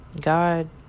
God